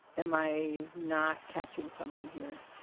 am i not catching something here.